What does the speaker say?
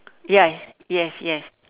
ya yes yes